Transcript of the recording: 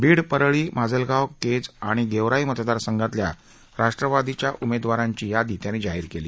बीड परळीमाजलगाव केज आणि गेवराई मतदारसंघातल्या राष्ट्रवादीच्या उमेदवारांची यादी त्यांनी जाहीर केली